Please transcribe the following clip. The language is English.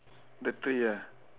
the tree ah